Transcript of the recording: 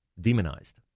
demonized